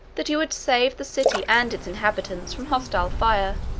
that he would save the city and its inhabitants from hostile fire,